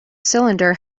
cylinder